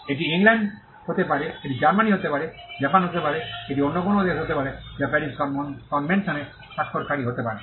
এটি ইংল্যান্ড হতে পারে এটি জার্মানি হতে পারে জাপান হতে পারে এটি অন্য কোনও দেশ হতে পারে যা প্যারিস কনভেনশনে স্বাক্ষরকারী হতে পারে